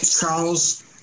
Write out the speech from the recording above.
Charles